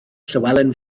llywelyn